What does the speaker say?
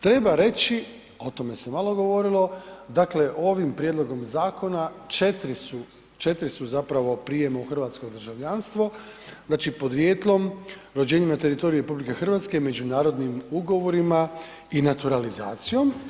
Treba reći, o tome se malo govorilo, dakle, ovim prijedlogom zakona, 4 su zapravo prijema u hrvatsko državljanstvo, znači podrijetlom, rođenjem na teritoriju RH, međunarodnim ugovorima i naturalizacijom.